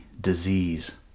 disease